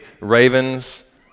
ravens